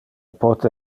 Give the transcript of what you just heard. pote